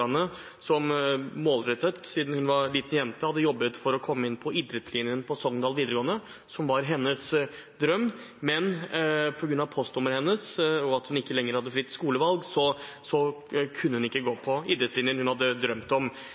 som, siden hun var en liten jente, hadde jobbet målrettet for å komme inn på idrettslinjen på Sogndal vidaregåande. Det var hennes drøm, men på grunn av postnummeret hennes og at hun ikke lenger hadde fritt skolevalg, kunne hun ikke gå på idrettslinjen hun hadde drømt om.